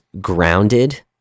grounded